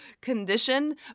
condition